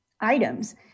items